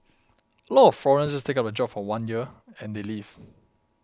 a lot of foreigners just take up the job for one year and they leave